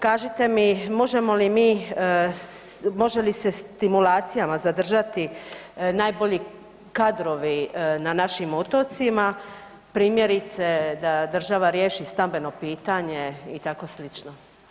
Kažite mi možemo li mi, može li se stimulacijama zadržati najbolji kadrovi na našim otocima, primjerice da država riješi stambeno pitanje i tako slično.